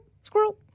squirrel